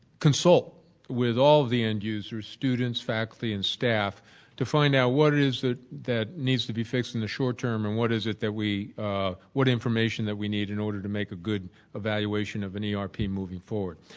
consult with all the end-users, students, faculty and staff to find out what it is that that needs to be fixed in the short-term and what is it that we what information that we need in order to make a good evaluation of an ah erp moving forward.